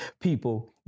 people